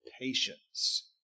patience